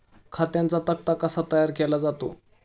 खात्यांचा तक्ता कसा तयार केला जातो?